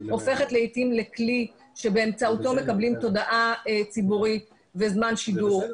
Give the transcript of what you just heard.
הופכת לעתים לכלי באמצעותו מקבלים תודעה ציבורית וזמן שידור.